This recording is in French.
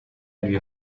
lui